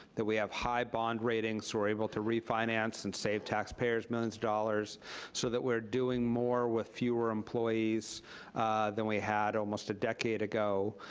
that we have high bond ratings who are able to refinance and save taxpayers millions of dollars so that we're doing more with fewer employees than we had almost a decade ago.